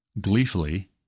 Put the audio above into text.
gleefully